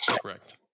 correct